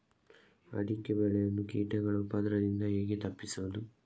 ಅಡಿಕೆ ಬೆಳೆಯನ್ನು ಕೀಟಗಳ ಉಪದ್ರದಿಂದ ಹೇಗೆ ತಪ್ಪಿಸೋದು?